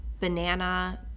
banana